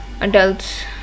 adults